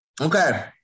Okay